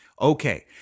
Okay